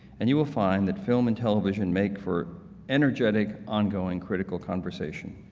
and you will find that film and television make for energetic, ongoing critical conversation.